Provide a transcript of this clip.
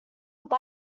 would